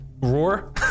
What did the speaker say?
roar